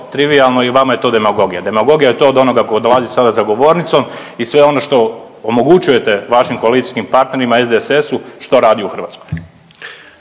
trivijalno i vama je to demagogija. Demagogija je to onoga ko dolazi sada za govornicom i sve ono što omogućujete vašim koalicijskim partnerima SDSS-u što radi u Hrvatskoj.